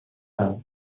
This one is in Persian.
سمت